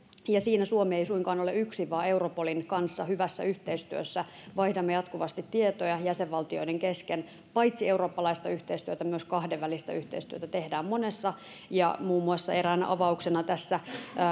siinä suomi ei suinkaan ole yksin vaan europolin kanssa hyvässä yhteistyössä vaihdamme jatkuvasti tietoja jäsenvaltioiden kesken ja paitsi eurooppalaista yhteistyötä myös kahdenvälistä yhteistyötä tehdään monessa muun muassa eräänä avauksena tässä